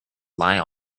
lie